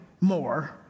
more